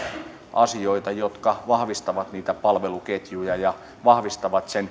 asioita jotka vahvistavat niitä palveluketjuja ja vahvistavat